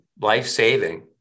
life-saving